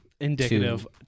Indicative